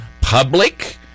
public